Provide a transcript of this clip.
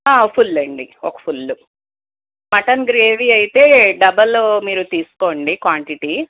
full అండి ఒక full mutton gravy అయితే డబల్ మీరు తీసుకోండి క్వాంటిటీ